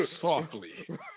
softly